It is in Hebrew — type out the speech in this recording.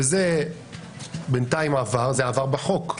וזה בינתיים עבר בחוק,